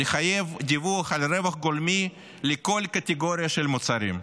לחייב דיווח על רווח גולמי לכל קטגוריה של מוצרים,